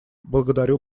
благодарю